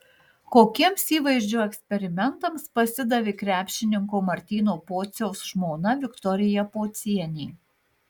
kokiems įvaizdžio eksperimentams pasidavė krepšininko martyno pociaus žmona viktorija pocienė